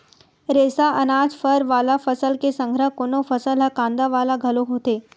रेसा, अनाज, फर वाला फसल के संघरा कोनो फसल ह कांदा वाला घलो होथे